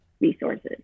Resources